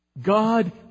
God